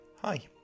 Hi